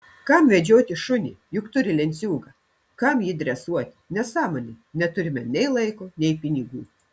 kam vedžioti šunį juk turi lenciūgą kam jį dresuoti nesąmonė neturime nei laiko nei pinigų